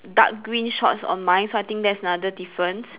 dark green shorts on mine so I think that's another difference